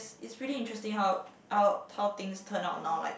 it's really interesting how how how things turn out now like